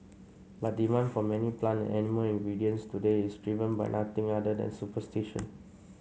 but demand for many plan animal ingredients today is driven by nothing other than superstition